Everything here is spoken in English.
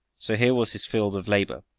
so here was his field of labor,